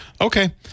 Okay